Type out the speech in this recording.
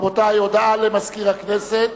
רבותי, הודעה למזכיר הכנסת.